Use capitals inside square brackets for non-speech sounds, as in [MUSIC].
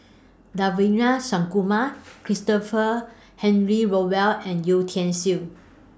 [UNINTELLIGIBLE] Christopher Henry Rothwell and Yeo Tiam Siew